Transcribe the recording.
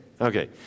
okay